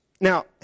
Now